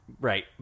Right